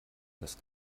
das